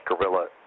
guerrilla –